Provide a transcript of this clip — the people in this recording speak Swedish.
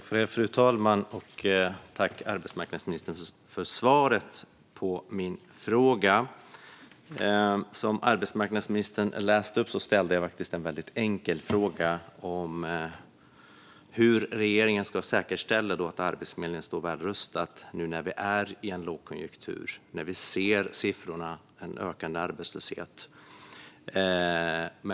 Fru talman! Tack, arbetsmarknadsministern, för svaret på min fråga! Som arbetsmarknadsministern sa ställde jag en väldigt enkel fråga om hur regeringen ska säkerställa att Arbetsförmedlingen står väl rustad nu när vi är i en lågkonjunktur och ser siffror som visar på en ökande arbetslöshet.